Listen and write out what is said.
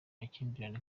makimbirane